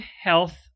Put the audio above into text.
health